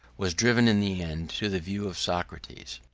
was driven in the end to the view of socrates.